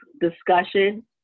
discussion